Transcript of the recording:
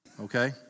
Okay